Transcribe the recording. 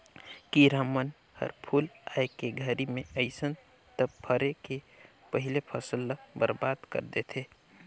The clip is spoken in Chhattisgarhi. किरा मन हर फूल आए के घरी मे अइस त फरे के पहिले फसल ल बरबाद कर देथे